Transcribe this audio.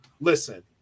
listen